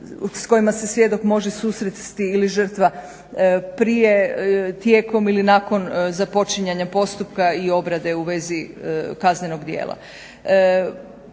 s kojima se svjedok može susresti ili žrtva prije, tijekom ili nakon započinjanja postupka i obrade u vezi kaznenog dijela.